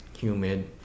humid